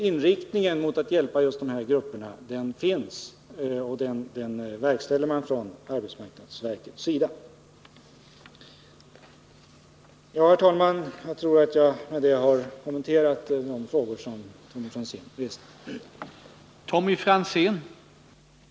Inriktningen mot just de här grupperna verkställs alltså av arbetsmarknadsverket. Herr talman! Med detta tror jag att jag har kommenterat de frågor som Tommy Franzén reste. pades situation på arbetsmarknaden pades situation på arbetsmarknaden